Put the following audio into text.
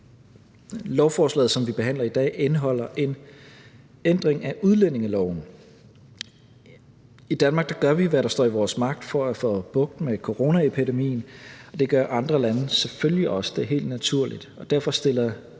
Lovforslaget, som vi behandler i dag, indeholder en ændring af udlændingeloven. I Danmark gør vi, hvad der står i vores magt, for at få bugt med coronaepidemien, og det gør andre lande selvfølgelig også – det er helt naturligt. Derfor stiller